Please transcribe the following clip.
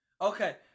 Okay